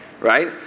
right